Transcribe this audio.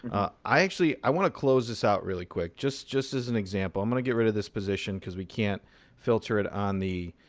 i actually i want to close this out really quick just just as an example. i'm going to get rid of this position, because we can't filter it on the